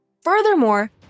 Furthermore